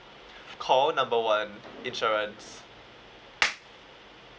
call number one insurance